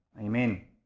Amen